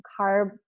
carb